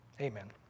amen